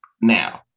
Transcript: Now